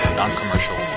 non-commercial